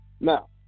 now